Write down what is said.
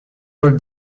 paul